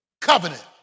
covenant